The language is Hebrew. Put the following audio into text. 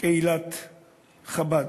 קהילת חב"ד.